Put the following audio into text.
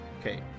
Okay